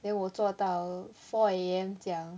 then 我做到 four A_M 这样